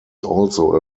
also